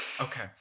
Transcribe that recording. Okay